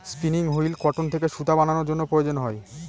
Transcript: spinning wheel cotton থেকে সুতা বানানোর জন্য প্রয়োজন হয়